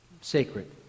sacred